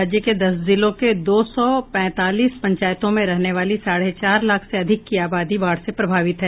राज्य के दस जिलों के दो सौ पैंतालीस पंचायतों में रहने वाली साढे चार लाख से अधिक की आबादी बाढ से प्रभावित है